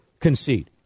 concede